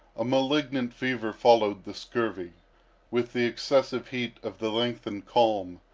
a malignant fever followed the scurvy with the excessive heat of the lengthened calm,